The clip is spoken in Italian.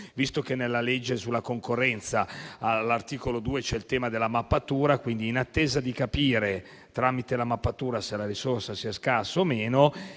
visto che nella legge sulla concorrenza, all'articolo 2, è previsto il tema della mappatura, in attesa di capire, tramite la mappatura, se la risorsa sia scarsa o meno,